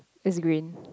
is green